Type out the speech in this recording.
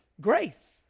Grace